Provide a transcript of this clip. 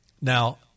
Now